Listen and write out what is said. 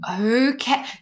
Okay